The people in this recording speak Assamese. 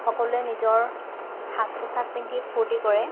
সকলোৱে নিজৰ সাজ পোছাক পিন্ধি ফূৰ্তি কৰে